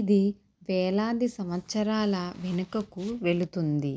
ఇది వేలాది సంవత్సరాల వెనుకకు వెళుతుంది